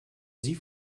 sie